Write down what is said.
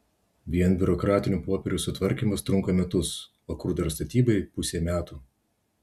vien biurokratinių popierių sutvarkymas trunka metus o kur dar statybai pusė metų